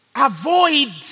Avoid